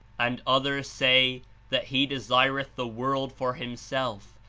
and others say that he desireth the world for himself,